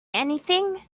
anything